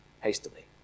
hastily